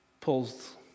pulls